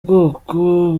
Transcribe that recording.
bwoko